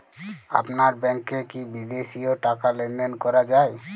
আপনার ব্যাংকে কী বিদেশিও টাকা লেনদেন করা যায়?